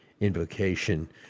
invocation